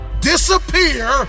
Disappear